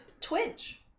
Twitch